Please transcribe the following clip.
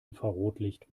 infrarotlicht